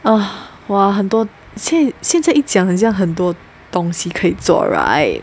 !wah! 很多现现在一讲很像很多东西可以做 right